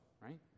right